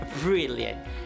Brilliant